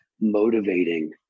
motivating